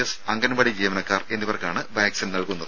S anganwadi ജീവനക്കാർ എന്നിവർക്കാണ് vaccine നൽകുന്നത്